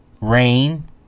rain